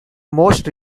most